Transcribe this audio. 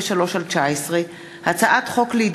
פ/1863/19 וכלה בהצעת חוק פ/1909/19,